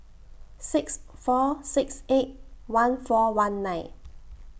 six four six eight one four one nine